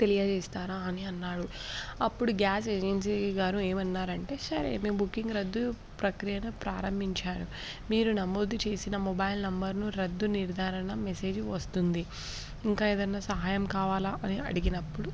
తెలియజేస్తారా అని అన్నాడు అప్పుడు గ్యాస్ ఏజెన్సీ గారు ఏమన్నారు అంటే సరే మీ బుకింగ్ రద్దు ప్రక్రియను ప్రారంభించాారు మీరు నమోద్దు చేసిన మొబైల్ నెంబర్ను రద్దు నిర్ధారణ మెసేజ్ వస్తుంది ఇంకా ఏదన్నా సహాయం కావాలా అని అడిగినప్పుడు